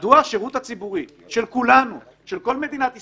מדוע השירות הציבורי של כולנו, של כל מדינת ישראל,